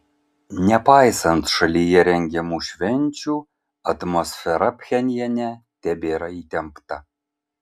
nepaisant šalyje rengiamų švenčių atmosfera pchenjane tebėra įtempta